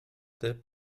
dip